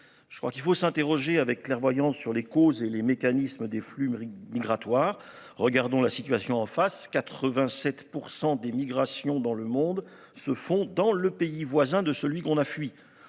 Je crois qu'il faut s'interroger avec clairvoyance sur les causes et les mécanismes des flux migratoires. Regardons la situation en face. 87% des migrations dans le monde se font dans le pays voisin de celui qu'on a fui.